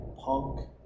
punk